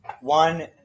one